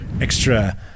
extra